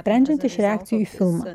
sprendžiant iš reakcijų į filmą